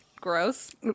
gross